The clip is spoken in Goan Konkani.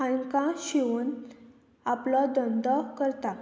हांकां शिवून आपलो धंदो करता